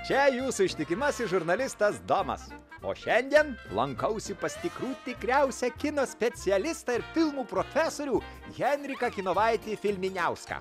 čia jūsų ištikimasis žurnalistas domas o šiandien lankausi pas tikrų tikriausią kino specialistą ir filmų profesorių henriką kinovaitį filminiauską